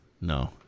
no